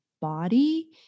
body